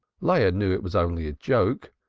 leah knew it was only a joke.